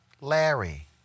Larry